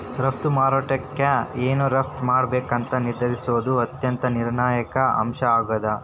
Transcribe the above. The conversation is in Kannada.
ರಫ್ತು ಮಾರುಕಟ್ಯಾಗ ಏನ್ ರಫ್ತ್ ಮಾಡ್ಬೇಕಂತ ನಿರ್ಧರಿಸೋದ್ ಅತ್ಯಂತ ನಿರ್ಣಾಯಕ ಅಂಶ ಆಗೇದ